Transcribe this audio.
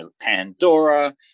Pandora